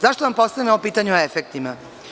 Zašto vam postavljam ovo pitanje o efektima?